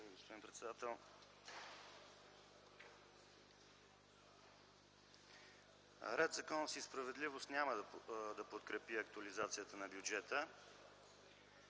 господин председател. „Ред, законност и справедливост” няма да подкрепи актуализацията на бюджета,